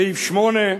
סעיף 8: